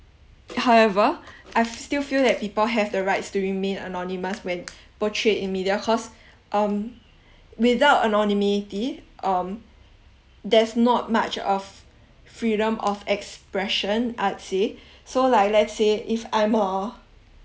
however I still feel that people have the rights to remain anonymous when portrayed in media cause um without anonymity um there's not much of freedom of expression I'd say so like let's say if I'm hor